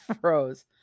froze